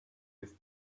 his